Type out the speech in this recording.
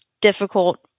difficult